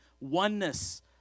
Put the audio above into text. oneness